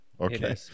Okay